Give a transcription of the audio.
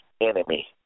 enemy